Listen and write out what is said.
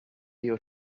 your